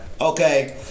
Okay